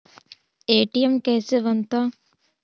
ATM कैसे बनता?